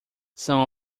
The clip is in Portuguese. são